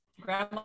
Grandma